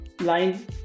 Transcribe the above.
line